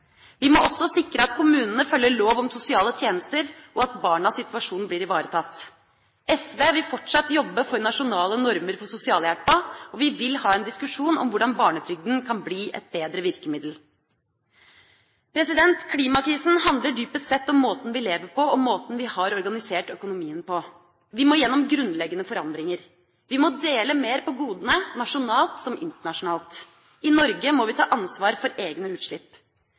Vi må også sikre at kommunene følger lov om sosiale tjenester, og at barnas situasjon blir ivaretatt. SV vil fortsatt jobbe for nasjonale normer for sosialhjelpen, og vi vil ha en diskusjon om hvordan barnetrygden kan bli et bedre virkemiddel. Klimakrisen handler dypest sett om måten vi lever på og måten vi har organisert økonomien på. Vi må gjennom grunnleggende forandringer. Vi må dele mer på godene – nasjonalt som internasjonalt. I Norge må vi ta ansvar for egne utslipp.